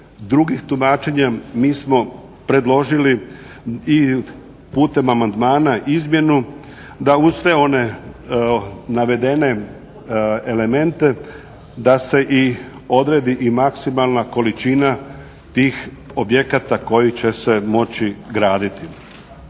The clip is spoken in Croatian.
drugih tumačenja mi smo predložili i putem amandmana izmjenu da uz sve one navedene elemente da se odredi i maksimalna količina tih objekata koji će se moći graditi.